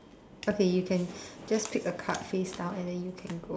okay you can just pick a card face down and then you can go